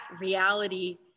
reality